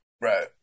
Right